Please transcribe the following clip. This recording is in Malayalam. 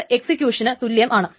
അത് എക്സ്സിക്യൂഷന് തുല്ല്യമാണ്